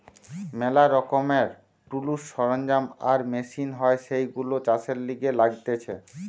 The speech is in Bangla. ম্যালা রকমের টুলস, সরঞ্জাম আর মেশিন হয় যেইগুলো চাষের লিগে লাগতিছে